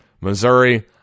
Missouri